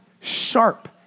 sharp